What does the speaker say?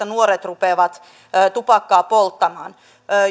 nuoret rupeavat tupakkaa polttamaan